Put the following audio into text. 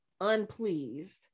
unpleased